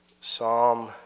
Psalm